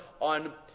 on